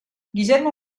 guillermo